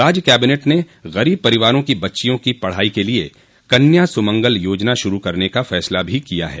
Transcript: राज्य कैबिनेट ने गरीब परिवारों की बच्चियों की पढ़ाई के लिए कन्या सुमंगला योजना शुरू करने का फैसला भी किया है